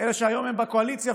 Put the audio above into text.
אלה שהיום הם בקואליציה,